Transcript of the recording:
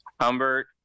Humbert